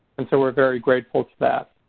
and so we're very grateful to that,